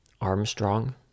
armstrong